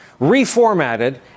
reformatted